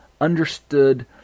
understood